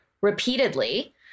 repeatedly